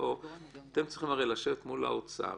אתם צריכים הרי לשבת מול האוצר,